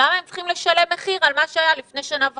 למה הם צריכים לשלם מחיר על מה שהיה לפני שנה וחצי?